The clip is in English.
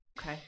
Okay